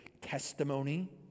testimony